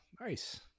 Nice